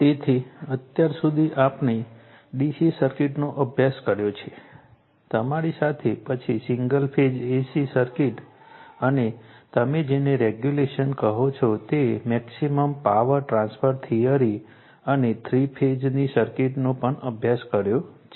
તેથી અત્યાર સુધી આપણે DC સર્કિટનો અભ્યાસ કર્યો છે તમારી સાથે પછી સિંગલ ફેઝ AC સર્કિટ અને તમે જેને રેગ્યુલેશન કહો છો તે મેક્સિમમ પાવર ટ્રાન્સફર થિયરી અને થ્રી ફેઝની સર્કિટનો પણ અભ્યાસ કર્યો છે